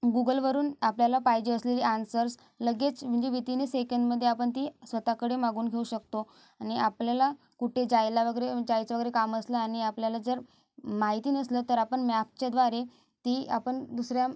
गुगलवरून आपल्याला पाहिजे असलेले आंसर्स लगेच म्हणजे विदिन ए सेकंदमध्ये आपण ते स्वतःकडे मागून घेऊ शकतो आणि आपल्याला कुठे जायला वगैरे जायचं वगैरे काम असलं आणि आपल्याला जर माहिती नसलं तर आपण मॅपच्याद्वारे ती आपण दुसऱ्या